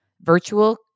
virtual